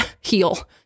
heal